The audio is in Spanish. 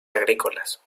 agrícolas